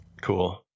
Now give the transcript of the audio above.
Cool